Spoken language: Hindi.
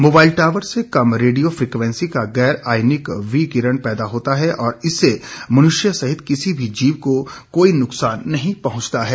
मोबाइल टाबर से कम रेडियो फ्रीक्वेंसी का गैर आयनिक वी किरण पैदा होता है और इससे मनुष्य सहित किसी भी जीव को कोई नुकसान नहीं पहुंचता है